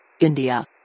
India